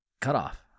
cutoff